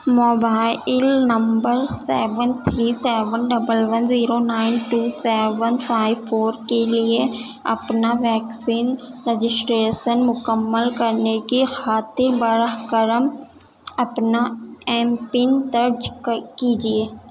mobile number seven three seven double one zero nine two seven five four کے لیے اپنا vaccine registration مکمل کرنے کی خاطر براہ کرم اپنا ایم پن درج کیجیے